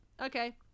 Okay